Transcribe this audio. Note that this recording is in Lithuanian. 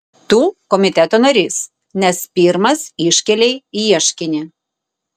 tu komiteto narys nes pirmas iškėlei ieškinį